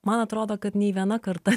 man atrodo kad nei viena karta